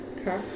Okay